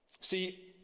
See